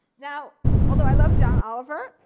now although i love john oliver,